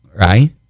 right